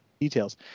details